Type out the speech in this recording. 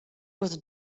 was